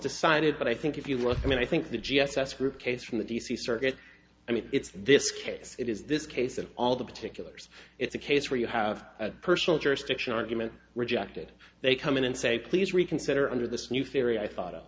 decided but i think if you look i mean i think the g s s group case from the d c circuit i mean it's this case it is this case of all the particulars it's a case where you have a personal jurisdiction argument rejected they come in and say please reconsider under this new theory i thought